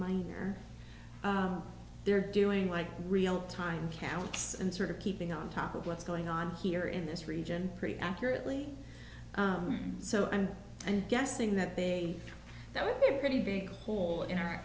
mine are there doing like real time counts and sort of keeping on top of what's going on here in this region pretty accurately so i'm guessing that they that would be a pretty big hole in our